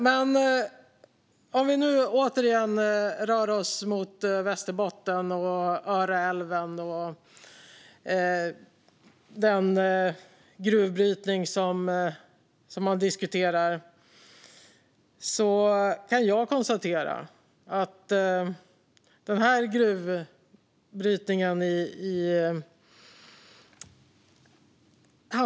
Låt oss åter röra oss mot Västerbotten, Öreälven och den gruvbrytning man diskuterar.